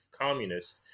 communists